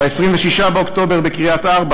ב-17 באוקטובר בחברון,